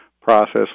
process